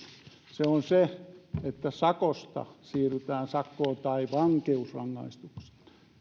se on se että sakosta siirrytään sakkoon tai vankeusrangaistukseen